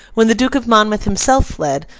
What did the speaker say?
when the duke of monmouth himself fled,